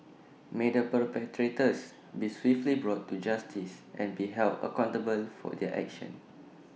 may the perpetrators be swiftly brought to justice and be held accountable for their actions